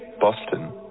Boston